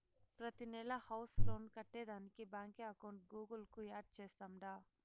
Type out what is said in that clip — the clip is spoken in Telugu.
ప్రతినెలా హౌస్ లోన్ కట్టేదానికి బాంకీ అకౌంట్ గూగుల్ కు యాడ్ చేస్తాండా